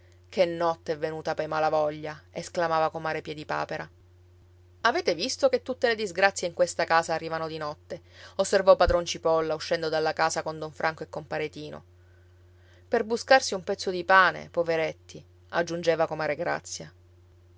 che notte è venuta pei malavoglia esclamava comare piedipapera avete visto che tutte le disgrazie in questa casa arrivano di notte osservò padron cipolla uscendo dalla casa con don franco e compare tino per buscarsi un pezzo di pane poveretti aggiungeva comare grazia